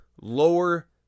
lower